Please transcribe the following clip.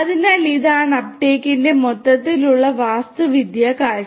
അതിനാൽ ഇതാണ് അപ്ടേക്കിന്റെ മൊത്തത്തിലുള്ള വാസ്തുവിദ്യാ കാഴ്ച